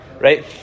Right